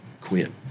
quit